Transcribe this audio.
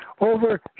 over